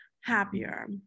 happier